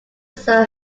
sir